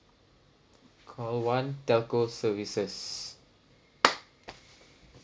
call one telcos services